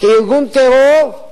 כארגון טרור,